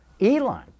Elon